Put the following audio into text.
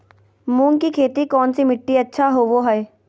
मूंग की खेती कौन सी मिट्टी अच्छा होबो हाय?